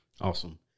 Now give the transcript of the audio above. awesome